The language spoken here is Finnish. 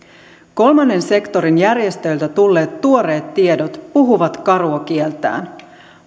kolmannen sektorin järjestöiltä tulleet tuoreet tiedot puhuvat karua kieltään